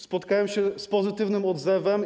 Spotkałem się z pozytywnym odzewem.